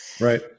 Right